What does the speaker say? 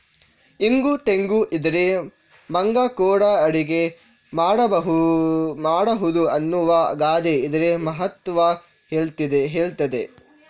ಇಂಗು ತೆಂಗು ಇದ್ರೆ ಮಂಗ ಕೂಡಾ ಅಡಿಗೆ ಮಾಡ್ಬಹುದು ಅನ್ನುವ ಗಾದೆ ಇದ್ರ ಮಹತ್ವ ಹೇಳ್ತದೆ